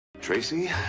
Tracy